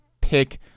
pick